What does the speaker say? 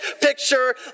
picture